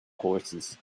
horses